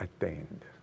attained